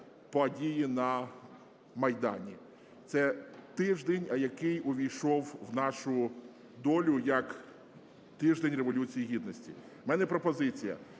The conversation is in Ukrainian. події на Майдані. Це тиждень, який увійшов в нашу долю як тиждень Революції Гідності. В мене пропозиція: